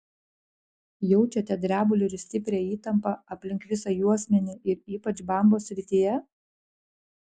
jaučiate drebulį ir stiprią įtampą aplink visą juosmenį ir ypač bambos srityje